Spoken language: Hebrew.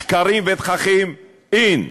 שקרים ותככים, אין.